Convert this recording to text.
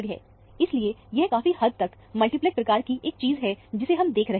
nइसलिए यह काफी हद तक मल्टीप्लेट प्रकार की एक चीज है जिसे हम देख रहे हैं